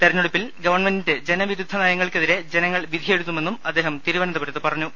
തെരഞ്ഞെടു പ്പിൽ ഗവൺമെന്റിന്റെ ജനവിരുദ്ധ നയങ്ങൾക്കെതിരെ ജനങ്ങൾ വിധി എഴുതുമെന്നും അദ്ദേഹം തിരുവനന്തപുരത്ത് പറഞ്ഞു